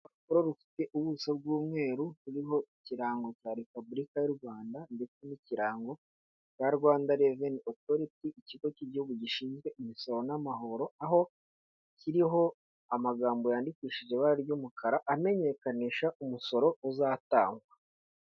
Urupapuro rufite ubuso bw'umweru ruriho ikirango cya Repubulika y'u Rwanda ndetse n'ikirango cya Rwanda reveni otoriti, ikigo cy'igihugu gishinzwe imisoro n'amahoro. Aho kiriho amagambo yandikishije ibara ry'umukara amenyekanisha umusoro uzatangwa.